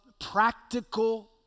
practical